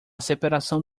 separação